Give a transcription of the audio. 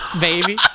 Baby